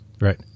Right